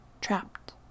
Trapped